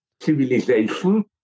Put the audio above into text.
civilization